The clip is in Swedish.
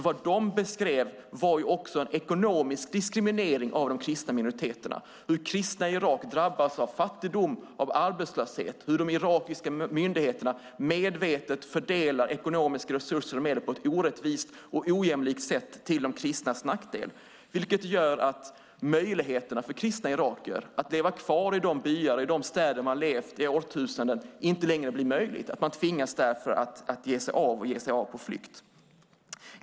Vad de beskrev var nämligen också en ekonomisk diskriminering av de kristna minoriteterna: hur kristna i Irak drabbas av fattigdom och arbetslöshet och hur de irakiska myndigheterna medvetet fördelar ekonomiska resurser och medel på ett orättvist och ojämlikt sätt till de kristnas nackdel. Detta gör att möjligheterna för kristna irakier att leva kvar i de byar och städer där man levt i årtusenden försvinner. Man tvingas ge sig av, på flykt.